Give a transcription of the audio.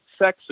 sexist